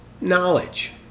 knowledge